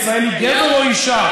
ישראל היא גבר או אישה?